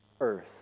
earth